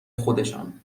خودشان